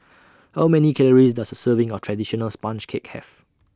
How Many Calories Does A Serving of Traditional Sponge Cake Have